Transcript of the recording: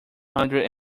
hundred